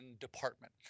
department